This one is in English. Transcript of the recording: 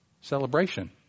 Celebration